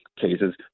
cases